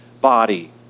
body